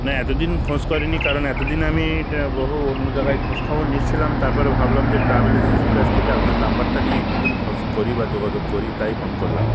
না এতদিন খোঁজ করিনি কারণ এতদিন আমি ওটা বহু অন্য জায়গায় খোঁজখবর নিচ্ছিলাম তারপরে ভাবলাম যে ট্রাভেল এজেন্সির কাছ থেকে আপনার নম্বরটা নিয়ে একটুখানি খোঁজ করি বা যোগাযোগ করি তাই ফোন করলাম